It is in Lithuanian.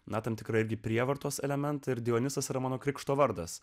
na tam tikra prievartos elementai ir dionizas yra mano krikšto vardas